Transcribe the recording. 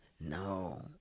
No